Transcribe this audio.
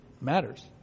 matters